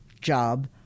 job